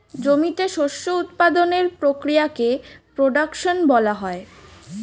জমিতে শস্য উৎপাদনের প্রক্রিয়াকে প্রোডাকশন বলা হয়